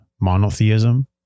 monotheism